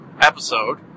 episode